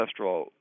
cholesterol